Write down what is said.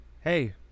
hey